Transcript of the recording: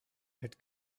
had